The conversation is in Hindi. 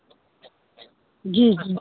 जी जी